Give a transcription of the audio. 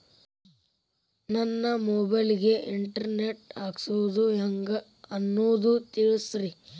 ನನ್ನ ಮೊಬೈಲ್ ಗೆ internet ಹಾಕ್ಸೋದು ಹೆಂಗ್ ಅನ್ನೋದು ತಿಳಸ್ರಿ